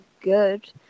good